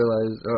realize